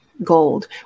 gold